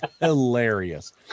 hilarious